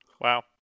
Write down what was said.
Wow